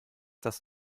das